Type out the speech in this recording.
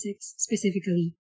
specifically